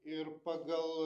ir pagal